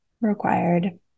required